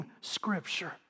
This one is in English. Scripture